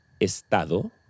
estado